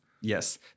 Yes